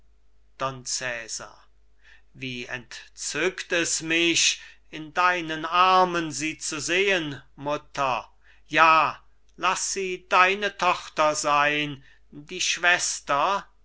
wie entzückt es mich in deinen armen sie zu sehen mutter ja laß sie deine tochter sein die schwester isabella